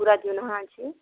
ପୁରା ଜୁନୁହାଁ ଅଛି